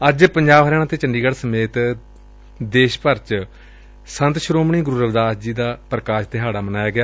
ਅੱਜ ਪੰਜਾਬ ਹਰਿਆਣਾ ਅਤੇ ਚੰਡੀਗੜ ਸਮੇਤ ਦੇਸ਼ ਚ ਸੰਤ ਸ੍ਰੋਮਣੀ ਗੁਰੂ ਰਵੀਦਾਸ ਜੀ ਦਾ ਪ੍ਰਕਾਸ਼ ਦਿਹਾਡਾ ਮਨਾਇਆ ਗਿਆ